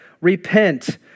repent